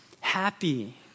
happy